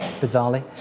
bizarrely